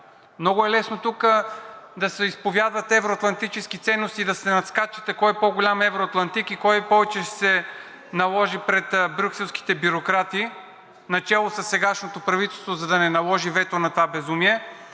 Много е лесно тук да се изповядват евро-атлантически ценности и да се надскачате кой е по-голям евроатлантик и кой повече ще се наложи пред брюкселските бюрократи, начело със сегашното правителство, за да не наложи вето на това безумие.